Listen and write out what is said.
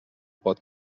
pot